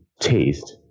taste